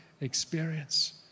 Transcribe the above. experience